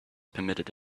permitted